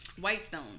Whitestone